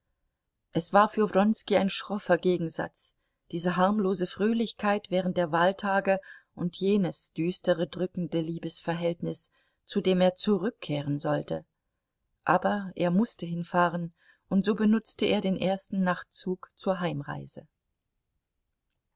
es war für wronski ein schroffer gegensatz diese harmlose fröhlichkeit während der wahltage und jenes düstere drückende liebesverhältnis zu dem er zurückkehren sollte aber er mußte hinfahren und so benutzte er den ersten nachtzug zur heimreise